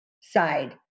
side